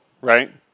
right